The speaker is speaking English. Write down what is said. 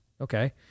okay